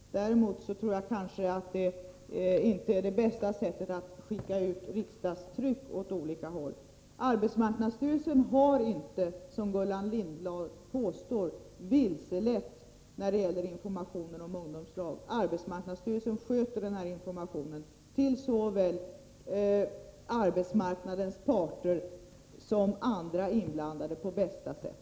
Däremot tror jag inte att vi informerar bäst genom att skicka ut riksdagstryck åt olika håll. Arbetsmarknadsstyrelsen har inte, som Gullan Lindblad påstår, vilselett i informationen om ungdomslag. Arbetsmarknadsstyrelsen sköter denna information, till såväl arbetsmarknadens parter som andra inblandade, på bästa sätt.